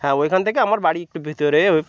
হ্যাঁ ওইখান থেকে আমার বাড়ি একটু ভেতরে ওই